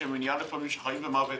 שהם לפעמים עניין של חיים ומוות.